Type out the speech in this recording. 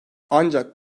ancak